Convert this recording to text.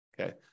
Okay